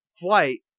flight